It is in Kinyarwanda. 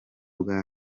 bwa